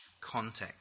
context